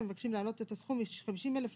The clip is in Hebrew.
מבקשים להעלות את הסכום מ-30,000 ל-60,000.